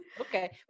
okay